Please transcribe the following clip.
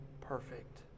perfect